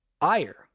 ire